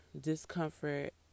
discomfort